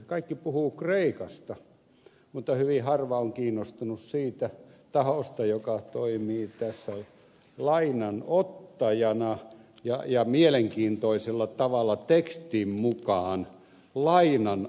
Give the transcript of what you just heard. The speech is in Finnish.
kaikki puhuvat kreikasta mutta hyvin harva on kiinnostunut siitä tahosta joka toimii tässä lainanottajana ja mielenkiintoisella tavalla tekstin mukaan lainanantajana